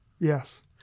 Yes